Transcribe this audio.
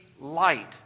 light